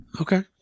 Okay